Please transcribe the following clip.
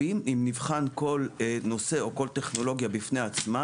נבחן כל נושא או כל טכנולוגיה בפני עצמם